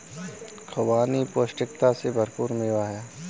खुबानी पौष्टिकता से भरपूर मेवा है